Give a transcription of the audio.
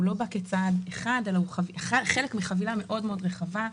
הוא לא בא כצעד אחד אלא הוא חלק מחבילה מאוד מאוד רחבה,